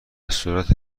صورت